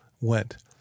went